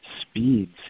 speeds